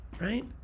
right